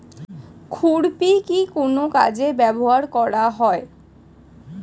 খুরপি কি কোন কাজে ব্যবহার করা হয়?